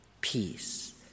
peace